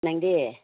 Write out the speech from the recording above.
ꯅꯪꯗꯤ